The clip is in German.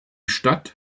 stadt